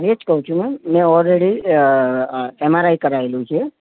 હું એજ કહું છું મે ઓલરેડી એ એમ આર આઈ કરાયેલું છે